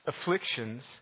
afflictions